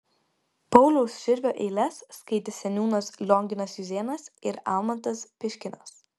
pauliaus širvio eiles skaitė seniūnas lionginas juzėnas ir almantas piškinas